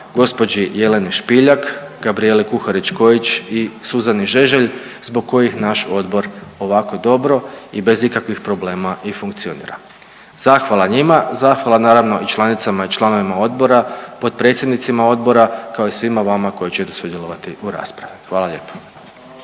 gospođi Jeleni Špiljak, Gabrijeli Kuharić Kojić i Suzani Žeželj zbog kojih naš Odbor ovako dobro i bez ikakvih problema i funkcionira. Zahvala njima, zahvala, naravno i članicama i članovima Odbora, potpredsjednicima Odbora, kao i svima vama koji ćete sudjelovati u raspravi. Hvala lijepo.